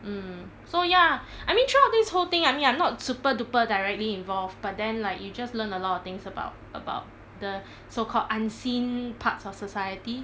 mm so ya I mean throughout this whole thing I mean I'm not super duper directly involved but then like you just learn a lot of things about about the so called unseen parts of society